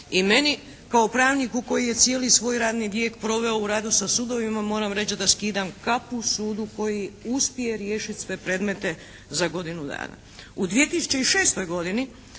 i meni kao pravniku koji je cijeli svoj radni vijek proveo u radu sa sudovima moram reći da skidam kapu sudu koji uspije riješiti sve predmete za godinu dana. U 2006. godini